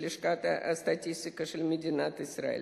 הלשכה המרכזית לסטטיסטיקה של מדינת ישראל.